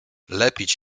lepić